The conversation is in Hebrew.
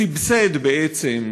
סבסד בעצם,